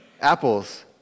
Apples